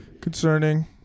Concerning